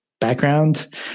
background